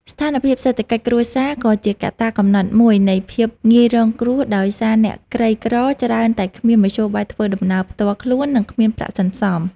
ស្ថានភាពសេដ្ឋកិច្ចគ្រួសារក៏ជាកត្តាកំណត់មួយនៃភាពងាយរងគ្រោះ ដោយសារអ្នកក្រីក្រច្រើនតែគ្មានមធ្យោបាយធ្វើដំណើរផ្ទាល់ខ្លួន និងគ្មានប្រាក់សន្សំ។